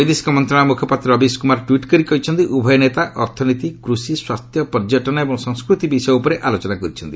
ବୈଦେଶିକ ମନ୍ତ୍ରଶାଳୟର ମୁଖପାତ୍ର ରବୀଶ କୁମାର ଟ୍ୱିଟ୍ କରି କହିଛନ୍ତି ଉଭୟ ନେତା ଅର୍ଥନୀତି କୃଷି ସ୍ୱାସ୍ଥ୍ୟ ପର୍ଯ୍ୟଟନ ଏବଂ ସଂସ୍କୃତି ବିଷୟ ଉପରେ ଆଲୋଚନା କରିଛନ୍ତି